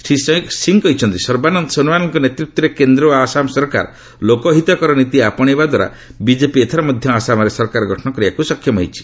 ଶ୍ରୀ ସିଂହ କହିଛନ୍ତି ସର୍ବାନନ୍ଦ ସୋନୱାଲଙ୍କ ନେତୃତ୍ୱରେ କେନ୍ଦ୍ର ଓ ଆସାମ ସରକାର ଲୋକହିତକର ନୀତି ଆପଶେଇବା ଦ୍ୱାରା ବିଜେପି ଏଥର ମଧ୍ୟ ଆସାମରେ ସରକାର ଗଠନ କରିବାକୁ ସକ୍ଷମ ହୋଇଛି